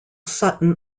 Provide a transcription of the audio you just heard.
sutton